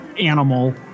animal